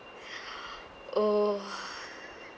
oh